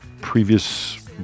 previous